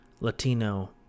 Latino